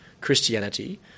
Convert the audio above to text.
Christianity